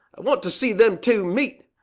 i want to see them two meet.